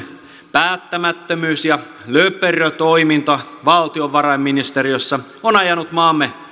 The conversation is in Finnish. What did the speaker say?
päättämättömyys ja löperö toiminta valtiovarainministeriössä on ajanut maamme